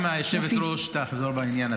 גם היושבת-ראש תעזור בעניין הזה.